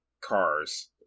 Cars